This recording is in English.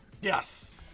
Yes